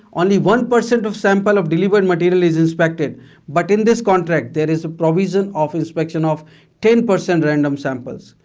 only one per cent of sample of delivered material is inspected but in this contract, there is provision of inspection of ten per cent random samples.